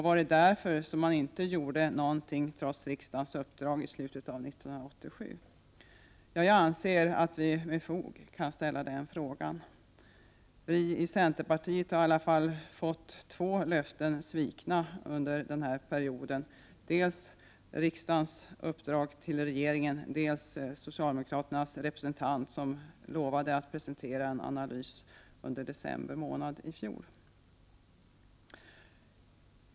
Var det därför man inte gjorde någonting, trots riksdagens uppdrag i slutet av 1987? Jag anser att vi med fog kan ställa de frågorna. Vi i centerpartiet har i alla fall fått två löften svikna under den här perioden; dels riksdagens uppdrag till regeringen, dels socialdemokraternas representants löfte under december månad i fjol att presentera en analys.